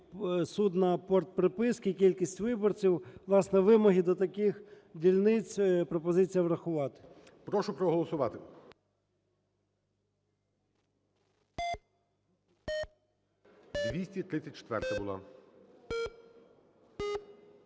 судна, порт приписки, кількість виборців. Власне, вимоги до таких дільниць. Пропозиція врахувати ГОЛОВУЮЧИЙ. Прошу проголосувати. 234-а була.